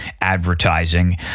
advertising